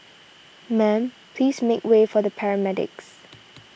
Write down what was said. ma'am please make way for the paramedics